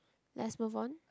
let's move on